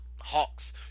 Hawks